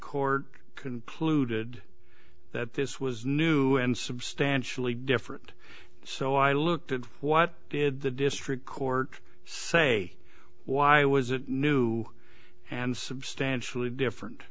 court concluded that this was new and substantially different so i looked at what did the district court say why was it new and substantially different